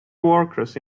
workers